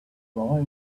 boy